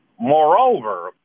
Moreover